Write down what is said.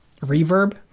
reverb